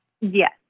Yes